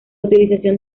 utilización